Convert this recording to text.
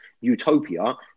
utopia